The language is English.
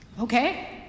Okay